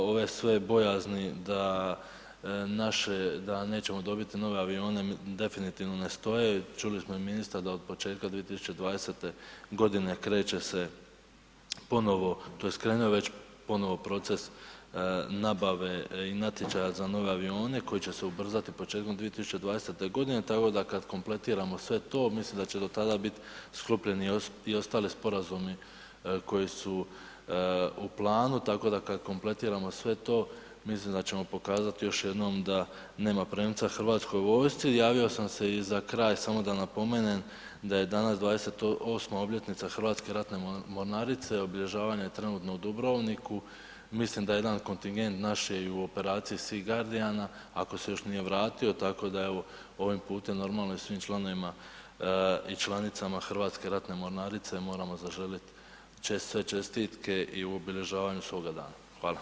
Ove sve bojazni naše da neće dobiti nove avione, definitivno ne stoji, čuli smo i ministra da od početka 2020. g. kreće se ponovno tj. krenuo je već ponovno proces nabave i natječaja za nove avione koji će se ubrzati početkom 2020. g. tako da kad kompletiramo sve to, mislim da će do tada bit sklopljeni i ostali sporazumi koji su u planu tako da kad kompletiramo sve to, mislim da ćemo pokazati još jednom da nema premca hrvatskoj vojsci i javio se i za kraj, samo da napomenem, da je danas 28. obljetnica Hrvatske ratne mornarice, obilježavanje je trenutno u Dubrovniku, mislim da jedan kontigent naš je u operaciji „Sea Guardian“ ako se još nije vratio, tako da evo, ovim putem, normalno i svim članovima i članicama Hrvatske ratne mornarice, moramo zaželjet sve čestitke i u obilježavanju svoga dana, hvala.